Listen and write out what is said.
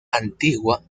antigua